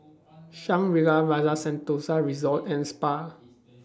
Shangri La's Rasa Sentosa Resort and Spa